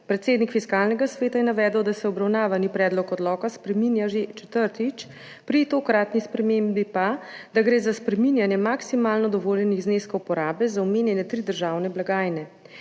Predsednik fiskalnega sveta je navedel, da se obravnavani predlog odloka spreminja že četrtič, pri tokratni spremembi pa gre za spreminjanje maksimalno dovoljenih zneskov porabe za omenjene tri državne blagajne.